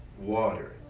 water